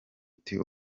ati